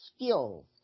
skills